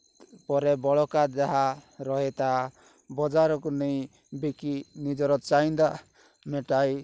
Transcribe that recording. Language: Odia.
ପରେ ବଳକା ଯାହା ରହେ ତାହା ବଜାରକୁ ନେଇ ବିକି ନିଜର ଚାହିଦା ମେଣ୍ଟାଇ